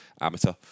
amateur